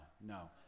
no